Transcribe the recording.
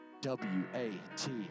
W-A-T